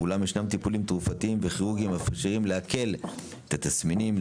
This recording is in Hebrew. אולם ישנם טיפולים תרופתיים וכירורגיים המאפשרים להקל את התסמינים,